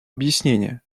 объяснения